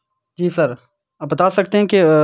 جی sir آپ بتا سکتے ہیں کہ